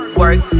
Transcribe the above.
work